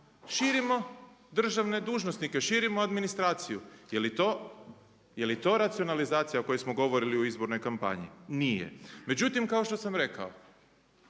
Širimo državne dužnosnike, širimo administraciju. Jeli to racionalizacija o kojoj smo govorili u izbornoj kampanji? Nije. Međutim, kao što sam rekao,